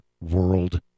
world